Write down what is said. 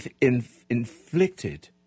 inflicted